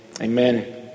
amen